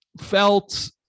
felt